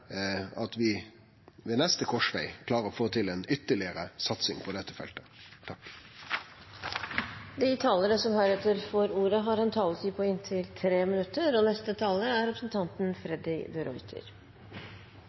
at vi ved neste korsveg klarer å få til ei ytterlegare satsing på dette feltet. De talere som heretter får ordet, har en taletid på inntil 3 minutter. Jeg tror nok de aller fleste er